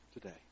today